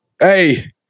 Hey